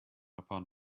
upon